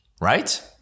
right